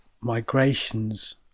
migrations